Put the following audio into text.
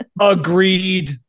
Agreed